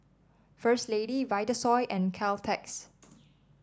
First Lady Vitasoy and Caltex